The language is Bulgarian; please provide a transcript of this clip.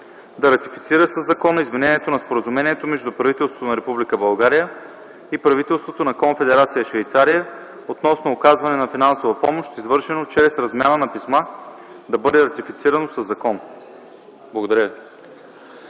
да ратифицира със закон изменението на Споразумението между правителството на Република България и правителството на Конфедерация Швейцария относно оказване на финансова помощ, извършено чрез размяна на писма, да бъде ратифицирано със закон.” Благодаря